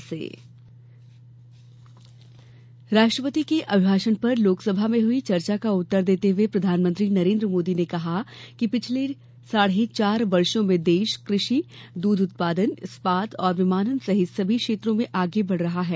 प्रधानमंत्री धन्यवाद प्रस्ताव राष्ट्रपति के अभिभाषण पर लोकसभा में हुई चर्चा का उत्तर देते हुए प्रधानमंत्री नरेन्द्र मोदी ने कहा है कि पिछले साढ़े चार वर्षों में देश कृषि दुग्ध उत्पादन इस्पात और विमानन सहित सभी क्षेत्रों में आगे बढ़ रहा है